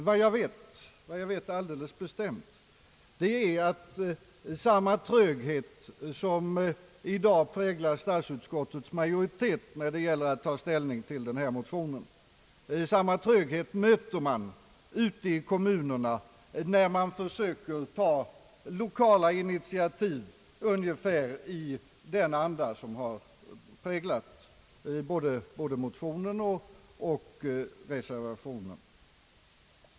Vad jag vet alldeles bestämt är att samma tröghet som i dag präglar statsutskottets majoritet när det gäller att ta ställning till den föreliggande motionen möter man i kommunerna när man försöker ta lokala initiativ ungefär i den anda som har präglat både motionerna och reservationen.